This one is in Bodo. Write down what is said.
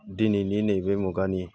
दिनैनि नैबे मुगानि